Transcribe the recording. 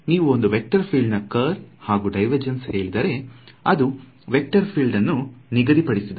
ನೀವು ಒಂದು vector field ನಾ ಕರ್ಲ್ ಹಾಗೂ ಡಿವೆರ್ಜನ್ಸ್ ಹೇಳಿದರೆ ಅದು ವೇಕ್ಟರ್ ಫೀಲ್ಡ್ ಅನ್ನು ನಿಗದಿಪಡಿಸಿದಂತೆ